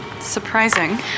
surprising